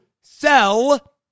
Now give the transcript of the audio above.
sell